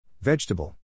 Vegetable